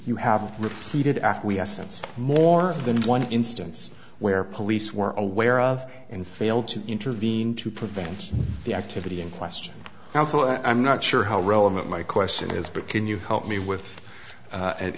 you have repeated after since more than one instance where police were aware of and failed to intervene to prevent the activity in question now i'm not sure how relevant my question is but can you help me with a